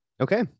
okay